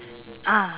ah